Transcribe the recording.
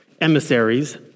emissaries